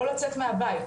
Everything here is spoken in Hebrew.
לא לצאת מהבית,